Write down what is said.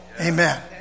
Amen